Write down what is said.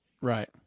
Right